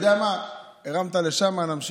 הרמת לשם, אז נמשיך.